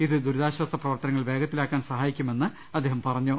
ഇത് ദുരിതാശ്വാസ പ്രവർത്തന ങ്ങൾ വേഗത്തിലാക്കാൻ സഹായിക്കുമെന്ന് അദ്ദേഹം പറഞ്ഞു